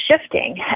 shifting